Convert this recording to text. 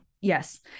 Yes